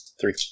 Three